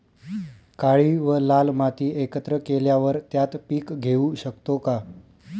काळी व लाल माती एकत्र केल्यावर त्यात पीक घेऊ शकतो का?